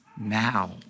now